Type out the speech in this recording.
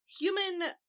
Human